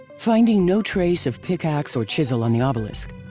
finding no trace of pick-axe or chisel on the ah obelisk,